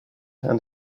and